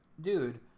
dude